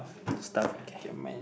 stuff okay